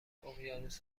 اقیانوس